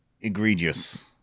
egregious